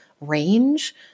range